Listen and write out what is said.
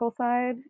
side